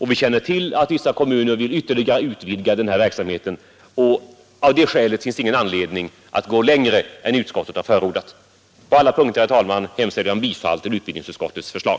Vi känner också till att vissa kommuner vill ytterligare utvidga den här verksamheten. Av det skälet finns ingen anledning att gå längre än utskottet har förordat. På alla punkter, herr talman, hemställer jag om bifall till utbildningsutskottets förslag.